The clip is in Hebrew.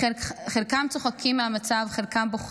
חלקם צוחקים מהמצב, חלקם בוכים.